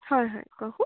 হয় হয় কওকচোন